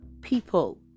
people